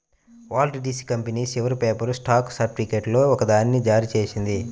Walt Disney company చివరి paper stock సర్టిఫికేట్లలో ఒకదాన్ని జారీ చేసింది